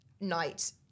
night